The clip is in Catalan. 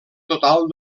total